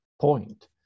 point